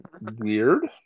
weird